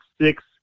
six